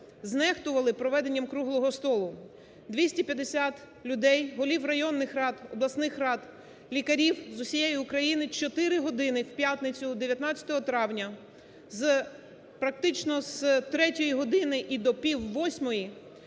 знехтували проведенням круглого столу. 250 людей голів районних рад, обласних рад, лікарів з усієї України чотири години в п'ятницю 19 травня практично з 3 години і до пів восьмої